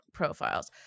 profiles